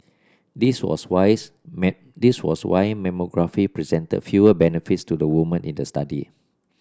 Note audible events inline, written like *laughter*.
this was wines *unintelligible* this was why mammography presented fewer benefits to the woman in the study